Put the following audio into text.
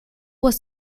was